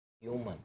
human